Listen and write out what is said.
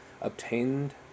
obtained